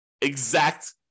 exact